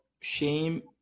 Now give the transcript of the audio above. shame